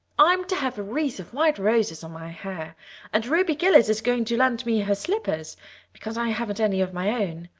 i'm to have a wreath of white roses on my hair and ruby gillis is going to lend me her slippers because i haven't any of my own.